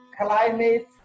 climate